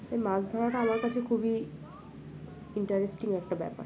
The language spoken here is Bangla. তাই মাছ ধরাটা আমার কাছে খুবই ইন্টারেস্টিং একটা ব্যাপার